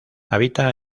habita